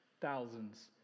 thousands